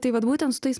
tai vat būtent su tais